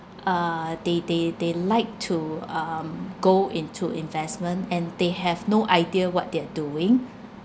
uh they they they like to um go into investment and they have no idea what they are doing